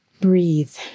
Breathe